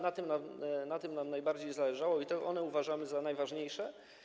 Na tym nam najbardziej zależało i to je uważamy za najważniejsze.